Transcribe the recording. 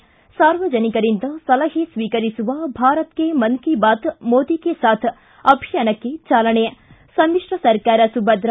ಿ ಸಾರ್ವಜನಿಕರಿಂದ ಸಲಹೆ ಸ್ನೀಕರಿಸುವ ಭಾರತ ಕೆ ಮನ್ ಕಿ ಬಾತ್ ಮೋದಿ ಕೆ ಸಾಥ್ ಅಭಿಯಾನಕ್ಕೆ ಚಾಲನೆ ಿ ಸಮಿತ್ರ ಸರ್ಕಾರ ಸುಭದ್ರ